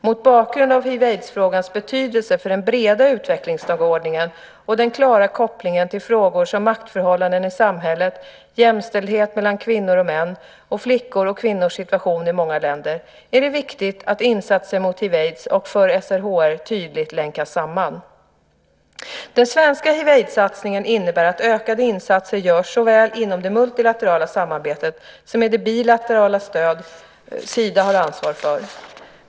Mot bakgrund av hiv aids och för SRHR tydligt länkas samman. Den svenska hiv/aids-satsningen innebär att ökade insatser görs såväl inom det multilaterala samarbetet som i det bilaterala stöd som Sida har ansvar för.